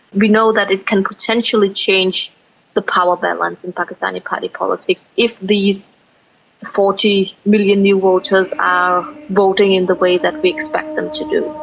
we know it can potentially change the power balance in pakistani party politics if these forty million new voters are voting in the way that we expect them to do.